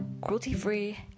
cruelty-free